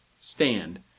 Stand